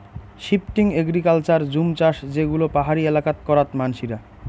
shifting agriculture জুম চাষ যে গুলো পাহাড়ি এলাকাত করাত মানসিরা